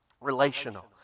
relational